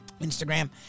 Instagram